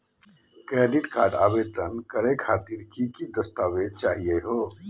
Credit card आवेदन करे खातिर की की दस्तावेज चाहीयो हो?